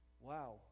Wow